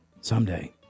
Someday